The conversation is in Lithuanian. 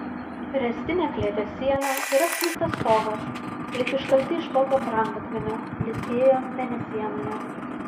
ręstinė klėties siena ir apsnigtas stogas lyg iškalti iš kokio brangakmenio blizgėjo mėnesienoje